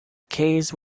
case